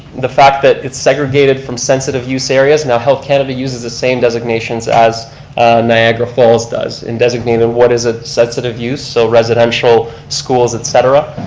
the fact that it's segregated from sensitive use areas, now health canada uses the same designations as niagara falls does, and designated what is a sensitive use. so residential, schools, et cetera.